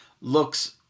looks